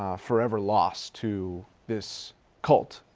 um forever lost to this cult?